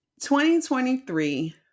2023